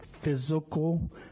physical